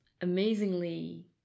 amazingly